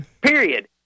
Period